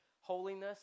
holiness